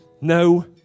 No